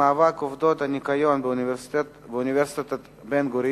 מאבק עובדות הניקיון באוניברסיטת בן-גוריון,